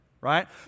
right